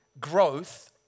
growth